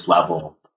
level